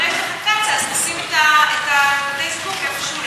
אז תשים את בתי-הזיקוק איפשהו לאורך הקצא"א,